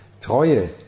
Treue